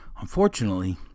Unfortunately